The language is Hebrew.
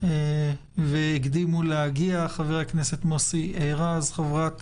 להגיע והקדימו, חבר הכנסת מוסי רז, חברת